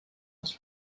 les